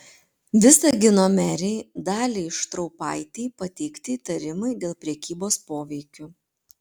visagino merei daliai štraupaitei pateikti įtarimai dėl prekybos poveikiu